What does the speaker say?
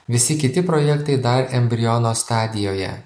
visi kiti projektai dar embriono stadijoje